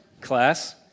class